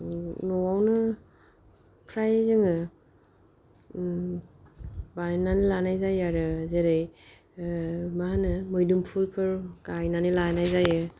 ओ न'आवनो फ्राय जोङो ओम बानायनानै लानाय जायो आरो जेरै ओ मा होनो मोदोमफुलफोर गायनानै लानाय जायो